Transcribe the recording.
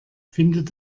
findet